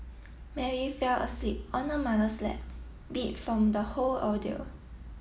Mary fell asleep on her mother's lap beat from the whole ordeal